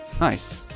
Nice